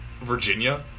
Virginia